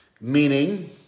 Meaning